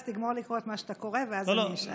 אז תגמור לקרוא את מה שאתה קורא ואז אני אשאל.